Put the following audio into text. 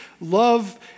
love